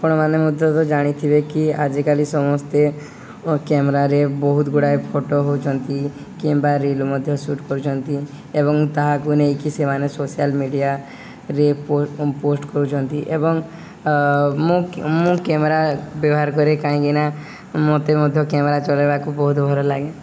ଆପଣମାନେ ମଧ୍ୟ ତ ଜାଣିଥିବେ କି ଆଜିକାଲି ସମସ୍ତେ କ୍ୟାମେରାରେ ବହୁତ ଗୁଡ଼ାଏ ଫଟୋ ହେଉଛନ୍ତି କିମ୍ବା ରିଲ୍ ମଧ୍ୟ ସୁଟ୍ କରୁଛନ୍ତି ଏବଂ ତାହାକୁ ନେଇକି ସେମାନେ ସୋସିଆଲ୍ ମିଡ଼ିଆରେ ପୋଷ୍ଟ କରୁଛନ୍ତି ଏବଂ ମୁଁ ମୁଁ କ୍ୟାମେରା ବ୍ୟବହାର କରେ କାହିଁକିନା ମୋତେ ମଧ୍ୟ କ୍ୟାମେରା ଚଲାଇବାକୁ ବହୁତ ଭଲ ଲାଗେ